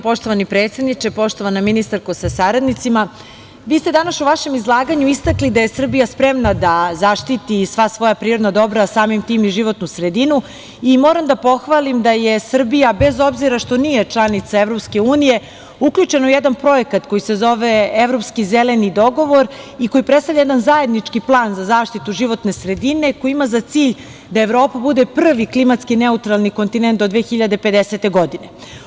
Poštovani predsedniče, poštovana ministarko sa saradnicima, vi ste danas u vašem izlaganju istakli da je Srbija spremna da zaštiti sva svoja prirodna dobra a samim tim i životnu sredinu i moram da pohvalim da je Srbija, bez obzira što nije članica EU, uključena u jedan projekat koji se zove "Evropski zeleni dogovor" i koji predstavlja jedan zajednički plan za zaštitu životne sredine, koji ima za cilj da Evropa bude prvi klimatski neutralni kontinent do 2050. godine.